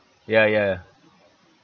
ya ya ya